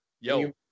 yo